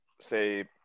say